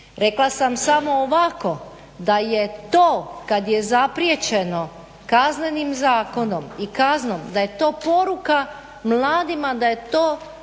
rekla sam samo ovako, da je to kad je zapriječeno Kaznenim zakonom i kaznom da je to poruka mladima da je to